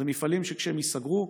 מפעלים שכשהם ייסגרו,